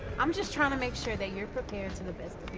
i'm just trying to make sure that you're prepared to the best